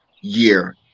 year